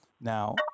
Now